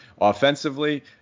Offensively